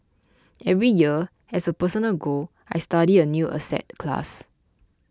every year as a personal goal I study a new asset class